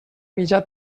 mitjà